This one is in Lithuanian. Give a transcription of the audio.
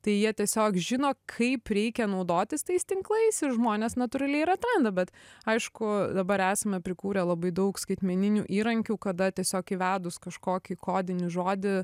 tai jie tiesiog žino kaip reikia naudotis tais tinklais ir žmonės natūraliai ir atranda bet aišku dabar esame prikūrę labai daug skaitmeninių įrankių kada tiesiog įvedus kažkokį kodinį žodį